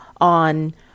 on